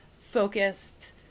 focused